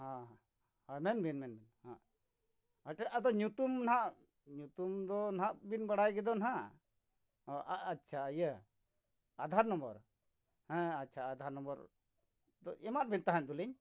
ᱦᱮᱸ ᱦᱳᱭ ᱢᱮᱱ ᱵᱤᱱ ᱢᱮᱱ ᱵᱤᱱ ᱦᱮᱸ ᱴᱷᱮᱱ ᱟᱫᱚ ᱧᱩᱛᱩᱢ ᱱᱟᱜ ᱧᱩᱛᱩᱢ ᱫᱚ ᱱᱟᱜ ᱵᱤᱱ ᱵᱟᱲᱟᱭ ᱜᱮᱫᱚ ᱱᱟᱜ ᱟᱪᱪᱷᱟ ᱤᱭᱟᱹ ᱟᱫᱷᱟᱨ ᱱᱟᱢᱵᱟᱨ ᱦᱮᱸ ᱟᱪᱪᱷᱟ ᱟᱫᱷᱟᱨ ᱱᱟᱢᱵᱟᱨ ᱫᱚ ᱮᱢᱟᱫ ᱵᱤᱱ ᱛᱟᱦᱮᱸᱫ ᱫᱚᱞᱤᱧ